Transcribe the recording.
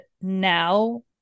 now